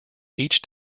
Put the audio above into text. each